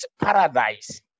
paradise